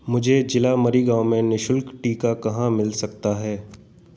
मुझे ज़िला मरीगाँव में निःशुल्क टीका कहाँ मिल सकता है